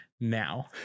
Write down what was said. Now